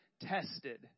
tested